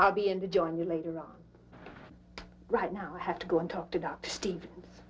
i'll be in to join you later on right now i have to go and talk to dr steve